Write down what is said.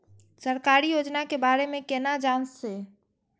सरकारी योजना के बारे में केना जान से?